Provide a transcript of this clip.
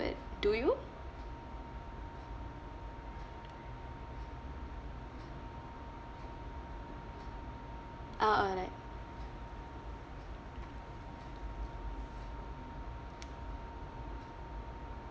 do you ah all right